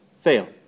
Fail